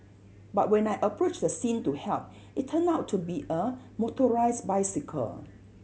but when I approached the scene to help it turned out to be a motorised bicycle